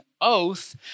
oath